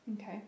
Okay